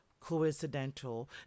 coincidental